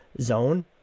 zone